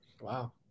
Wow